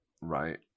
Right